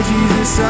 Jesus